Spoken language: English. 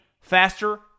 faster